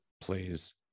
Please